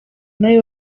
nawe